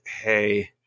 hey